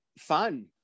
fun